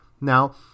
Now